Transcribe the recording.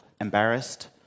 embarrassed